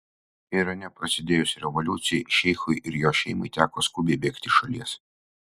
irane prasidėjus revoliucijai šeichui ir jo šeimai teko skubiai bėgti iš šalies